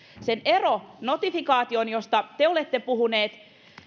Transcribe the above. sen keskeinen ero notifikaatioon josta te olette puhunut